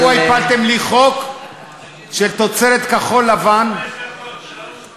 רק לפני שבוע הפלתם לי חוק של תוצרת כחול-לבן סתם,